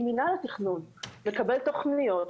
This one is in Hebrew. אם מינהל התכנון יקבל תוכניות,